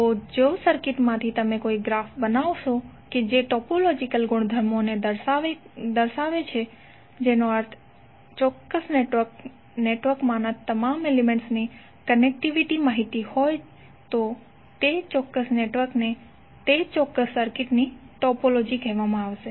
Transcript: તો જો સર્કિટમાંથી તમે કોઈ ગ્રાફ બનાવો કે જે ટોપોલોજીકલ ગુણધર્મોનું વર્ણન કરે જેનો અર્થ ચોક્કસ નેટવર્કમાંના તમામ એલિમેન્ટ્સની કનેક્ટિવિટી માહિતી હોય તો તે ચોક્કસ નેટવર્ક તે ચોક્કસ સર્કિટની ટોપોલોજી હશે